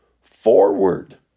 forward